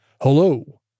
Hello